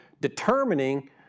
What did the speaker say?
determining